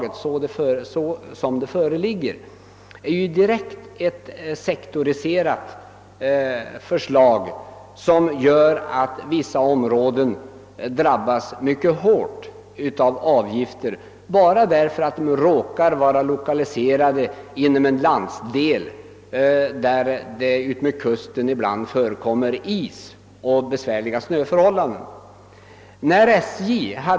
Detta förslag går emellertid direkt ut på en sektorisering som medför att vissa områden drabbas mycket hårt av avgifter, bara därför att de råkar vara lokaliserade till en landsdel, där det utmed kusten ibland förekommer is och besvärliga isförhållanden.